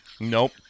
Nope